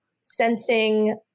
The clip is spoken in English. sensing